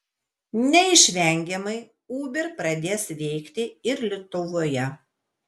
neišvengiamai uber pradės veikti ir lietuvoje